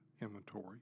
inventory